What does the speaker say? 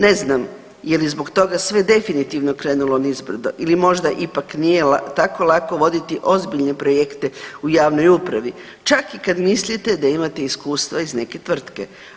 Ne znam je li zbog toga sve definitivno krenulo niz brdo ili možda ipak nije tako lako voditi ozbiljne projekte u javnoj upravi čak i kad mislite da imate iskustva iz neke tvrtke.